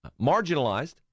marginalized